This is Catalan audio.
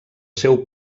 seu